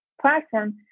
platform